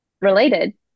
related